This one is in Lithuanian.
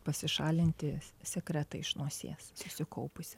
pasišalinti sekretą iš nosies susikaupusį